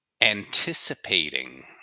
anticipating